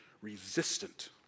resistant